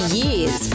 years